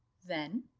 then,